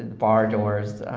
bar doors.